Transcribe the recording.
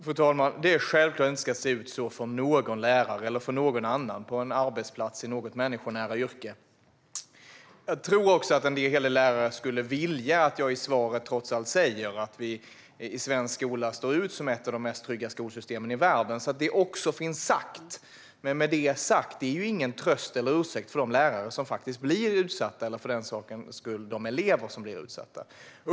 Fru talman! Det är självklart att det inte ska se ut så för någon lärare eller någon annan på en arbetsplats i något människonära yrke. Jag tror dock att en hel del lärare skulle vilja att jag i svaret också säger att svensk skola trots allt står ut som ett av de tryggaste skolsystemen i världen så att det också finns sagt. Men det är ju ingen ursäkt och ingen tröst för de lärare som blir utsatta eller för den delen de elever som blir utsatta.